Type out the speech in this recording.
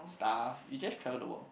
stuff you just travel the world